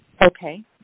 Okay